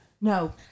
No